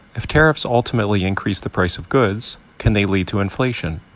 if tariffs ultimately increase the price of goods, can they lead to inflation,